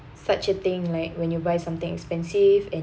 such a thing like when you buy something expensive and